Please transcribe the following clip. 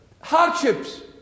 Hardships